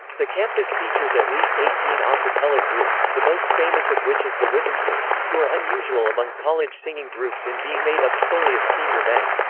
the campus features at least eighteen a ah cappella groups, the most famous of which is the whiffenpoofs, who are unusual among college singing groups in being made up solely of senior men.